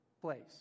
place